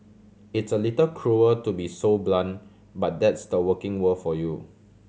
it's a little cruel to be so blunt but that's the working world for you